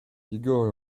digor